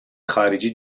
خارجی